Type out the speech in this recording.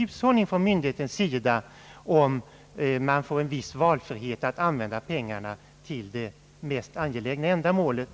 Om myndigheten får en viss valfrihet att använda pengarna även till andra ändamål, åstadkommes en bättre hushållning.